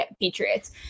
Patriots